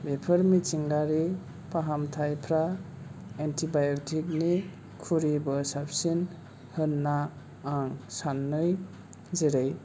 बेफोर मिथिंगायारि फाहामथाइफ्रा एन्टिभाय'टिक नि ख्रुयबो साबसिन होनना आं साननाय जेरै